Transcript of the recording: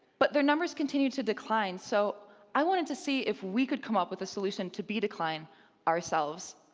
but their numbers continue to decline so i wanted to see if we could come up with a solution to bee decline ourselves,